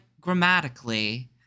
grammatically